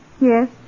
Yes